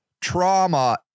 trauma